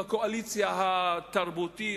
לקואליציה התרבותית,